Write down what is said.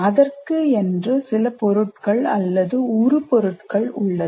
அதற்கு என்று சில பொருள்கள் அல்லது உருபொருட்கள் உள்ளது